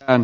rand